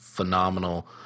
Phenomenal